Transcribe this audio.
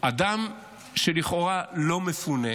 אדם שלכאורה לא מפונה